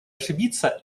ошибиться